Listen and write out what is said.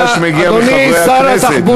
הרעש מגיע מחברי הכנסת,